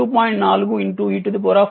4 e 2 t ampere